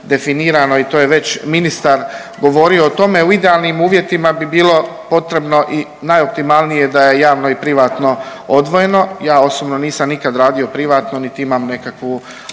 i to je već ministar govorio o tome. U idealnim uvjetima bi bilo potrebno i najoptimalnije da je javno i privatno odvojeno. Ja osobno nisam nikad radio privatno niti imam nekakvu